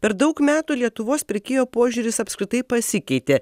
per daug metų lietuvos pirkėjo požiūris apskritai pasikeitė